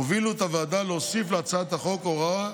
הובילו את הוועדה להוסיף להצעת החוק הוראה